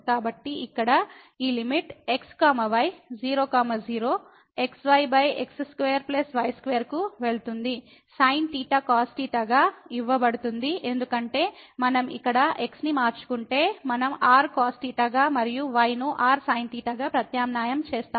కాబట్టి ఇక్కడ ఈ limit x y 00xyx2 y2 కు వెళ్తుంది sin cos గా ఇవ్వబడుతుంది ఎందుకంటే మనం ఇక్కడ x ని మార్చుకుంటే మనం r cos గా మరియు y ను r sin గా ప్రత్యామ్నాయం చేస్తాము